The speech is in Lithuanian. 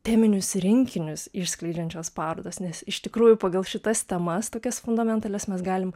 teminius rinkinius išskleidžiančios parodos nes iš tikrųjų pagal šitas temas tokias fundamentalias mes galim